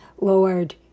Lord